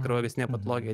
kraujagyslinę patologiją